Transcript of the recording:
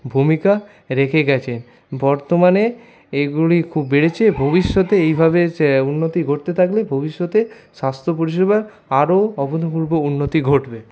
ভূমিকা রেখে গিয়েছে বর্তমানে এগুলি খুব বেড়েছে ভবিষ্যতে এইভাবে উন্নতি ঘটতে থাকলে ভবিষ্যতে স্বাস্থ্য পরিষেবায় আরও অভূতপূর্ব উন্নতি ঘটবে